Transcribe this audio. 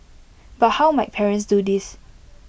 but how might parents do this